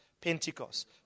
Pentecost